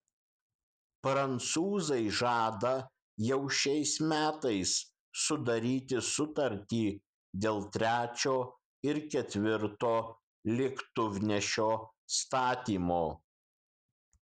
prancūzai žada jau šiais metais sudaryti sutartį dėl trečio ir ketvirto lėktuvnešio statymo